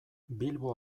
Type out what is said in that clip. bilbo